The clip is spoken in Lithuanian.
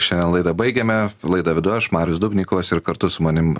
šią laidą baigėme laidą vedu aš marius dubnikovas ir kartu su manim